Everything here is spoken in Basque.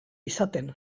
izaten